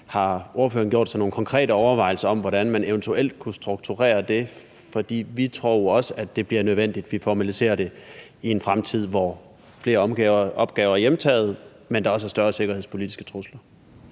Har ordføreren gjort sig nogen konkrete overvejelser om, hvordan man eventuelt kunne strukturere det? For vi tror jo også, at det bliver nødvendigt, at vi formaliserer det, i en fremtid, hvor flere opgaver er hjemtaget, men hvor der også er større sikkerhedspolitiske trusler.